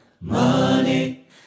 money